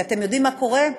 ואתם יודעים מה קורה?